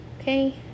okay